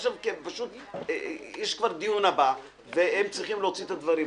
פשוט אנחנו ממתינים כבר לדיון הבא והם צריכים להוציא את הקופסאות.